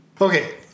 Okay